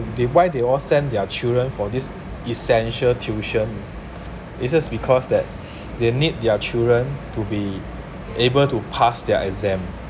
they why they all send their children for this essential tuition is just because that they need their children to be able to pass their exam